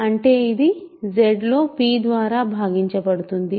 అంటే ఇది Z లో p ద్వారా భాగించబడుతుంది